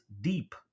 deep